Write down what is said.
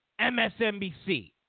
MSNBC